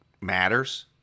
matters